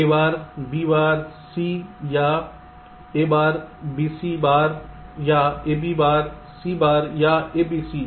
तो A bar B bar C या A bar B C bar या A B bar C bar या A B C